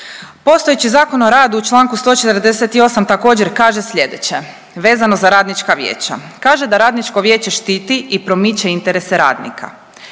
Postojeći Zakon o radu u čl. 148 također, kaže sljedeće, vezano za radnička vijeća, kaže da radničko vijeće štiti i promiče interese radnika.